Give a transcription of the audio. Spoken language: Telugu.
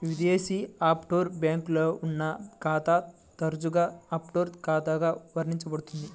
విదేశీ ఆఫ్షోర్ బ్యాంక్లో ఉన్న ఖాతా తరచుగా ఆఫ్షోర్ ఖాతాగా వర్ణించబడుతుంది